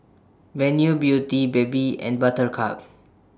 Venus Beauty Bebe and Buttercup